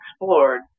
explored